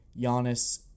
Giannis